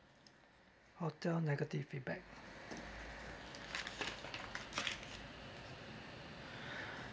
hotel negative feedback